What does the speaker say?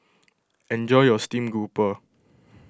enjoy your Steamed Garoupa